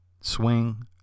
swing